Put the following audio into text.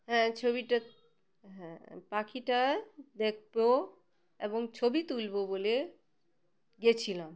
হ্যাঁ ছবিটা হ্যাঁ পাখিটা দেখব এবং ছবি তুলব বলে গেছিলাম